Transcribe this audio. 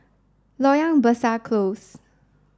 Loyang Besar Close